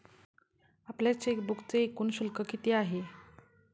आपल्या चेकबुकचे एकूण शुल्क किती आहे?